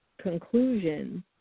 conclusion